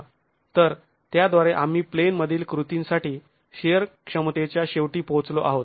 तर त्याद्वारे आम्ही प्लेन मधील कृतींसाठी शिअर क्षमतेच्या शेवटी पोहोचलो आहोत